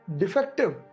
defective